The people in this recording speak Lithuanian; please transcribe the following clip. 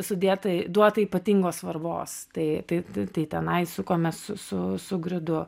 sudėtai duota ypatingos svarbos tai tai tai tenais sukomės su su gridu